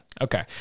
okay